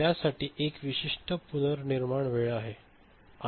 त्यासाठी एक विशिष्ट पुनर्निर्माण वेळ आहे